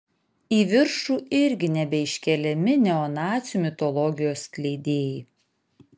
į viršų irgi nebeiškeliami neonacių mitologijos skleidėjai